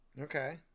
Okay